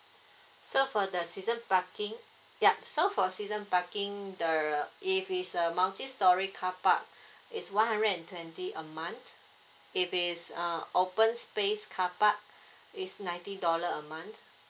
so for the season parking yup so for season parking the if it's a multi storey carpark is one hundred and twenty a month if its uh open space carpark it's ninety dollar a month